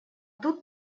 тут